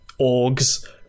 orgs